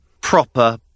proper